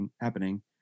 happening